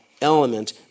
element